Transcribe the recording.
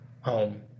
home